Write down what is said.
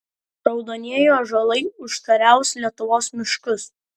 raudonieji ąžuolai užkariaus lietuvos miškus